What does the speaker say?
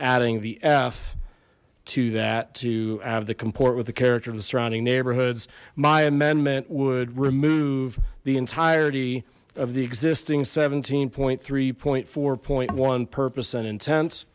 adding the f to that to have the comport with the character of the surrounding neighborhoods my amendment would remove the entirety of the existing seventeen point three point four one purpose and inten